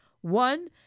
One